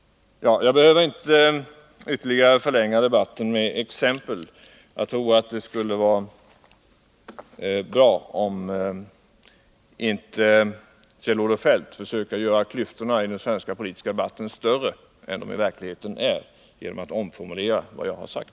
Jag behöver inte ytterligare förlänga debatten med exempel. Jag tror att det vore bra om Kjell-Olof Feldt inte försökte göra klyftorna i den svenska politiska debatten större än de i verkligheten är genom att omformulera eller feltolka vad jag har sagt.